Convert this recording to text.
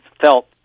felt